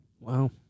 wow